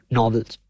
novels